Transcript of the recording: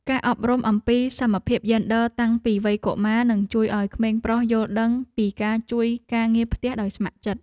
ការអប់រំអំពីសមភាពយេនឌ័រតាំងពីវ័យកុមារនឹងជួយឱ្យក្មេងប្រុសយល់ដឹងពីការជួយការងារផ្ទះដោយស្ម័គ្រចិត្ត។